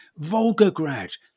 Volgograd